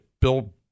Bill